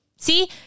See